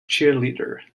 cheerleader